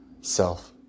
self